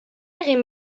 egin